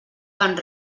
van